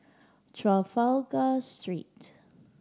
Trafalgar Street